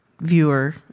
viewer